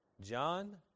John